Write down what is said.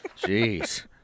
Jeez